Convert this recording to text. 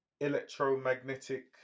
electromagnetic